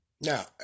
Now